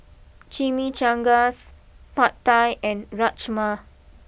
Chimichangas Pad Thai and Rajma